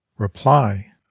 reply